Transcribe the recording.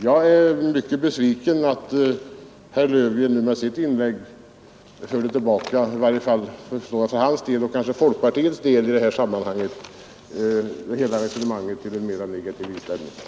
Jag är mycket besviken att herr Löfgren nu med sitt inlägg för sin del — och kanske för folkpartiets del — förde tillbaka hela resonemanget till en mera negativ inställning.